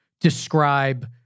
describe